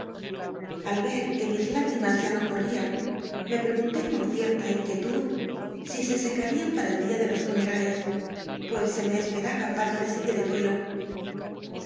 al er que mis l ígrim s ya no cortian me preguntó con cierta inquietud se sccarian para el dia de los funentles pues oc me espcmba para prcoidir el duelo